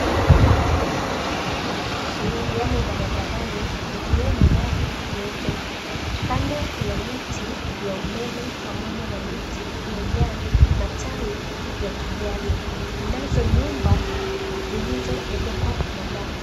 Yamo barabarani likiwemo gari jeupe. Kando kuna miti ya umeme pamoja na miti iliyojaa matawi ya kijani. Mnazo nyumba zilizoezekwa na mabati.